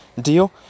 deal